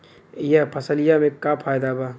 यह फसलिया में का फायदा बा?